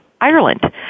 Ireland